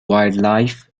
wildlife